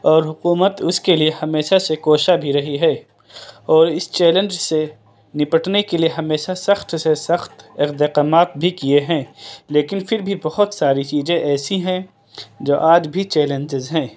اور حکومت اس کے لیے ہمیشہ سے کوشا بھی رہی ہے اور اس چیلنج سے نپٹنے کے لیے ہمیشہ سخت سے سخت اقدامات بھی کئے ہیں لیکن پھر بھی بہت ساری چیزیں ایسی ہیں جو آج بھی چیلنجز ہیں